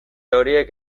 horiek